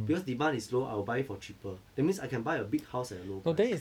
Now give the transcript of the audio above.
because demand is low I will buy it for cheaper that means I can buy a big house at a low price